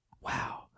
Wow